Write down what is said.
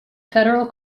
federal